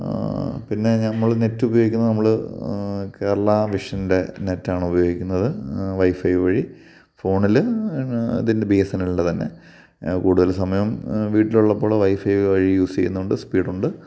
പിന്നെ നമ്മള് നെറ്റുപയോഗിക്കുന്നത് നമ്മള് കേരള വിഷൻ്റെ നെറ്റാണുപയോഗിക്കുന്നത് വൈഫൈ വഴി ഫോണില് ദിന്റെ ബി എസ് എൻ എല്ലിൻ്റെ തന്നെ കൂടുതല് സമയം വീട്ടിലുള്ളപ്പോള് വൈഫൈ വഴി യൂസ്യ്യുന്നുണ്ട് സ്പീഡുണ്ട്